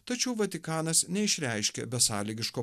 tačiau vatikanas neišreiškė besąlygiško